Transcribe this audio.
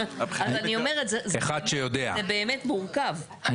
אז אני אומרת זה באמת מורכב.